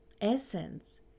essence